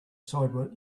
sidewalk